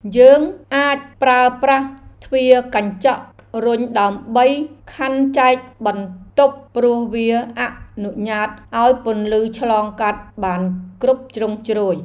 យើងអាចប្រើប្រាស់ទ្វារកញ្ចក់រុញដើម្បីខណ្ឌចែកបន្ទប់ព្រោះវាអនុញ្ញាតឱ្យពន្លឺឆ្លងកាត់បានគ្រប់ជ្រុងជ្រោយ។